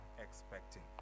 expecting